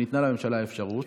וניתנה לממשלה האפשרות,